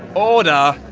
order!